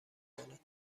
کند